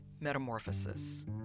Metamorphosis